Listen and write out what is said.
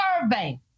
survey